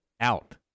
out